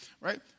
right